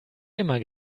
immer